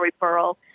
referral